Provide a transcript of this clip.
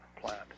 plant